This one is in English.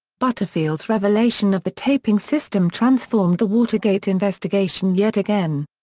butterfield's revelation of the taping system transformed the watergate investigation yet again.